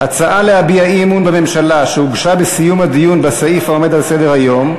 -אמון בממשלה שהוגשה בסיום הדיון בסעיף העומד על סדר-היום,